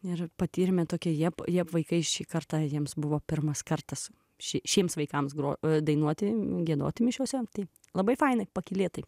ir patyrime tokioje jie vaikai šį kartą jiems buvo pirmas kartas šį šiems vaikams groti dainuoti giedoti mišiose tai labai fainai pakylėtai